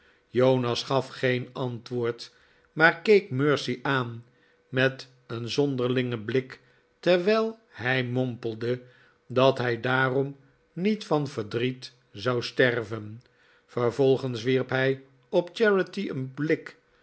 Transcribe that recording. jonas gaf geen antwoord maar keek mercy aan met een zonderlingen blik terwijl hij mompelde dat hij daarom niet van verdriet zou sterven vervolgens wierp hij op charity een blik